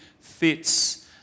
fits